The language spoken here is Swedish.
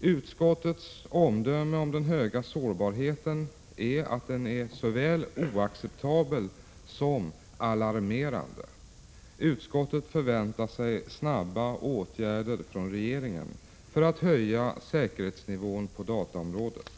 Utskottets omdöme om den höga sårbarheten är att den är såväl oacceptabel som alarmerande. Utskottet förväntar sig snabba åtgärder från regeringen för att höja säkerhetsnivån på dataområdet.